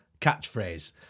catchphrase